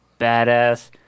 badass